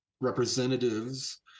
representatives